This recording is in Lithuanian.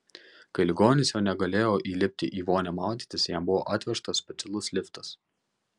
kai ligonis jau negalėjo įlipti į vonią maudytis jam buvo atvežtas specialus liftas